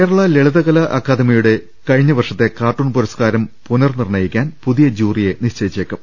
കേരള ലളിതകലാ അക്കാദമിയുടെ കഴിഞ്ഞവർഷത്തെ കാർട്ടൂൺ പുരസ്കാരം പുനർനിർണയിക്കാൻ പുതിയ ജൂറിയെ നിശ്ചയിച്ചേക്കും